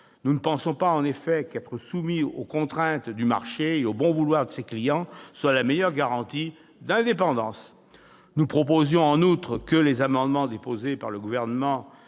Nous ne pensons pas, en effet, qu'être soumis aux contraintes du marché et au bon vouloir de ses clients soit la meilleure garantie d'indépendance ... Nous avons proposé, en outre, que les amendements déposés par le Gouvernement